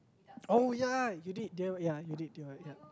oh ya you did D_I_Y ya you did D_I_Y ya